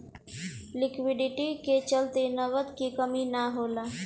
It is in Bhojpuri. लिक्विडिटी के चलते नगद के कमी ना होला